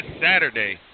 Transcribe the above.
Saturday